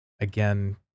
again